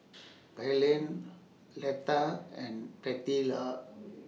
Gaylen Letta and Bettylou